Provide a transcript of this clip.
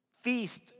feast